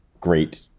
great